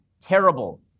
terrible